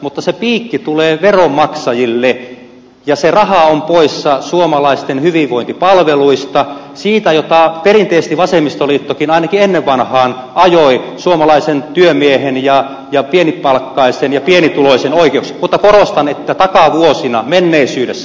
mutta se piikki tulee veronmaksajille ja se raha on poissa suomalaisten hyvinvointipalveluista siitä mitä perinteisesti vasemmistoliittokin ainakin ennen vanhaan ajoi suomalaisen työmiehen ja pienipalkkaisten ja pienituloisten oikeuksia mutta korostan että takavuosina menneisyydessä